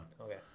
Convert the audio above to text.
Okay